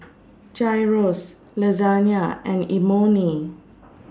Gyros Lasagne and Imoni